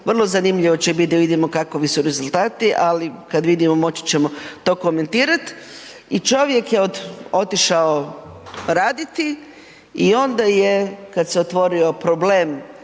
vrlo zanimljivo će bit da vidimo kakovi su rezultati, ali kad vidimo moći ćemo to komentirat, i čovjek je otišao raditi i onda je kad se otvorio problem